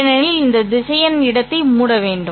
ஏனெனில் இந்த திசையன் இடத்தை மூட வேண்டும்